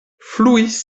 fluis